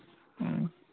ᱦᱩᱸ